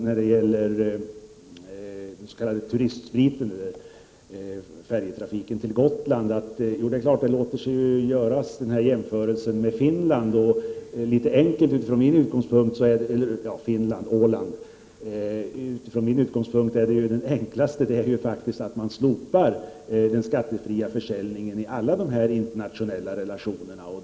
När det gäller den s.k. turistspriten, dvs. skattefri försäljning på färjetrafiken till Gotland, låter sig naturligtvis jämförelsen med Åland göras. Min ståndpunkt är att det enklaste är om man slopar den skattefria försäljningen vid alla dessa internationella transporter.